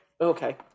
okay